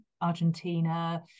Argentina